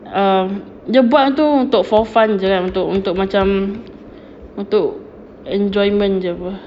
um dia buat tu for fun jer untuk untuk macam untuk enjoyment jer [pe]